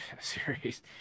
series